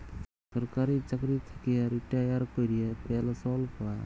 সরকারি চাকরি থ্যাইকে রিটায়ার ক্যইরে পেলসল পায়